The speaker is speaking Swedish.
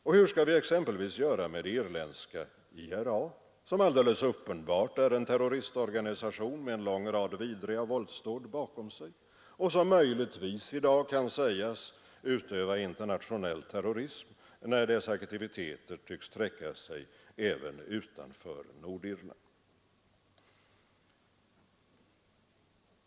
Och hur skall vi exem pelvis göra med det irländska IRA, som alldeles uppenbart är en terroristorganisation med en lång rad vidriga våldsdåd bakom sig och som möjligtvis i dag kan sägas utöva internationell terrorism, enär dess aktiviteter tycks sträcka sig även utanför Nordirland?